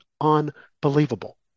unbelievable